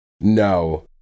No